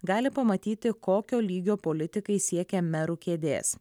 gali pamatyti kokio lygio politikai siekia merų kėdės